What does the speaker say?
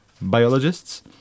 biologists